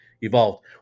evolved